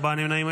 ארבעה נמנעים,